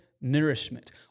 nourishment